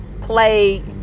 play